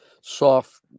soft